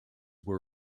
were